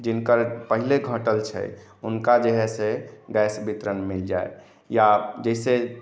जिनकर पहिले घटल छै हुनका जे हय से गैस बितरण मिल जाइ या जैसे